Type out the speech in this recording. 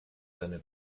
seine